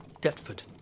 Deptford